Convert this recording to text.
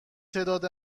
تعداد